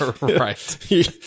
Right